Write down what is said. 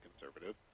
conservative